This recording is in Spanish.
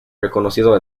reconocido